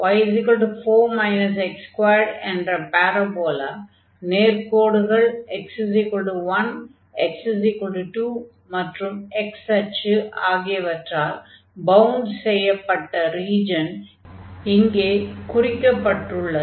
y 4 x2 என்ற parabola நேர்க்கோடுகள் x1 x2 மற்றும் x அச்சு ஆகியவற்றால் பவுண்ட் செய்யப்பட்ட ரீஜன் இங்கே குறிக்கப்பட்டுள்ளது